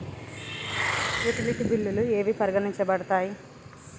Utility బిల్లులు ఏవి పరిగణించబడతాయి?